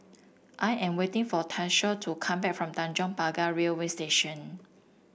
I am waiting for Tyshawn to come back from Tanjong Pagar Railway Station